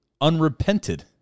unrepented